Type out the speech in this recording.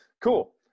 cool